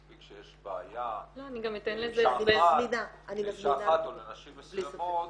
מספיק שיש בעיה לאישה אחת או לנשים מסוימות,